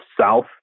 south